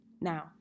Now